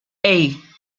hey